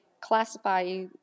classify